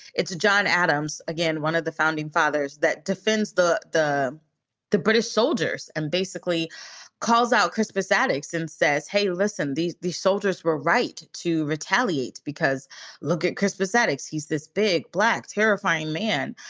it's john adams, again, one of the founding fathers that defends the the the british soldiers and basically calls out crispus attucks and says, hey, listen, these these soldiers were right to retaliate because look at crispus attucks. he's this big, black, terrifying man.